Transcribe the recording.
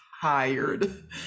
tired